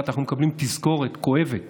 אנחנו מקבלים תזכורת כואבת